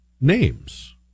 names